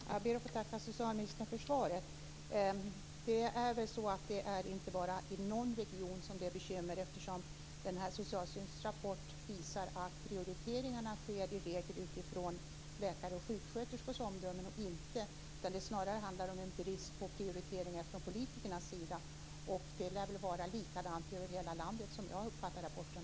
Herr talman! Jag ber att få tacka socialministern för svaret. Det är väl inte bara i någon region som det är bekymmer. Socialstyrelsens rapport visar ju att prioriteringarna i regel sker utifrån läkares och sjuksköterskors omdömen. Snarare handlar det om en brist på prioriteringar från politikernas sida, och som jag uppfattar rapporten lär det vara likadant över hela landet.